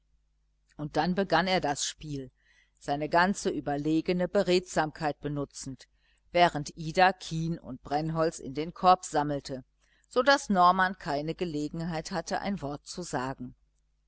und dann begann er das spiel seine ganze überlegene beredsamkeit benutzend während ida kien und brennholz in den korb sammelte so daß norman keine gelegenheit hatte ein wort zu sagen